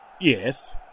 Yes